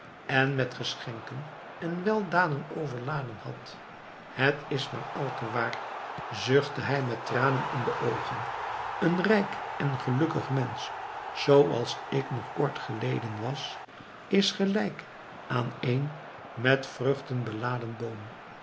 en met geschenken en weldaden overladen had het is maar al te waar zuchtte hij met tranen in de oogen een rijk en gelukkig mensch zooals ik nog kort geleden was is gelijk aan een met vruchten beladen boom